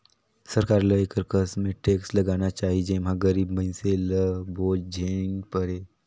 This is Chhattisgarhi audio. सरकार ल एकर कस में टेक्स लगाना चाही जेम्हां गरीब मइनसे ल बोझ झेइन परे